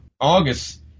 August